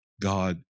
God